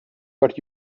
but